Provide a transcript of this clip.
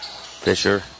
Fisher